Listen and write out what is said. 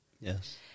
Yes